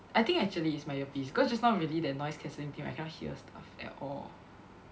I think actually is my earpiece cause just now really that noise cancelling thing right I cannot hear stuff at all